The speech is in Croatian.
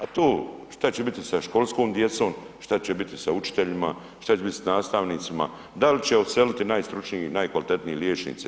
A to šta će biti sa školskom djecom, šta će biti sa učiteljima, šta će biti s nastavnicima, dal će odseliti najstručniji i najkvalitetniji liječnici?